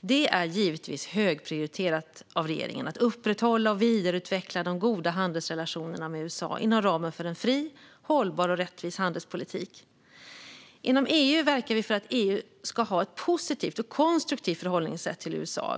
Det är givetvis högprioriterat av regeringen att upprätthålla och vidareutveckla de goda handelsrelationerna med USA inom ramen för en fri, hållbar och rättvis handelspolitik. Inom EU verkar vi för att EU ska ha ett positivt och konstruktivt förhållningssätt till USA.